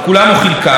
כולם או חלקם,